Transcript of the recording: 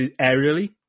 aerially